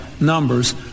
numbers